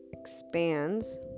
expands